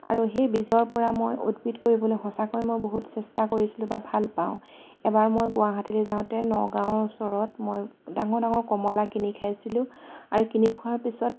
আৰু সেই বীজৰ পৰা মই উদ্ভিদ কৰিবলৈ সঁচাকৈ মই বহুত চেষ্টা কৰিছিলোঁ বা ভাল পাওঁ এবাৰ মই গুৱাহাটীলৈ যাওঁতে নগাঁও ওচৰত মই ডাঙৰ ডাঙৰ কমলা কিনি খাইছিলোঁ আৰু কিনি খোৱাৰ পিছত